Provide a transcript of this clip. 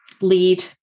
lead